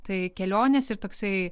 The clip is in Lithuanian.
tai kelionės ir toksai